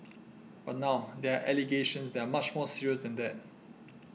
but now there are allegations that are much more serious than that